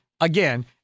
again